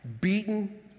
beaten